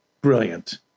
Brilliant